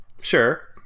sure